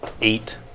eight